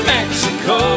Mexico